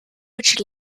which